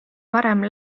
varem